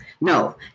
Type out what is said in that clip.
No